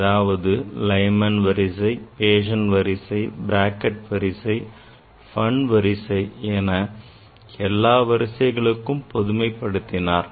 அதாவது Lyman வரிசை Paschen வரிசை Brackett வரிசை Pfund வரிசை என எல்லா வரிசைகளுக்கும் பொதுமைப்படுத்தினார்